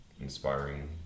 inspiring